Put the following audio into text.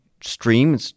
stream